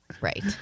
right